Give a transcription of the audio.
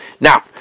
Now